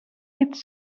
its